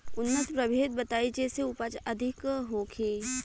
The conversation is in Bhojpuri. उन्नत प्रभेद बताई जेसे उपज अधिक होखे?